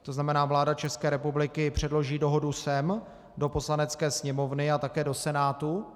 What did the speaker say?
To znamená, vláda České republiky předloží dohodu sem do Poslanecké sněmovny a také do Senátu.